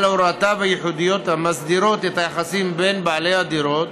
על הוראותיו הייחודיות המסדירות את היחסים בין בעלי הדירות,